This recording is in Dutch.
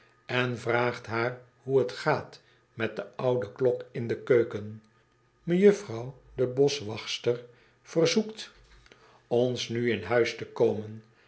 en vraagt haar hoe het gaat met de oude klok in de keuken mejuffrouw de boschwachtster verzoekt ons nu in huis te komen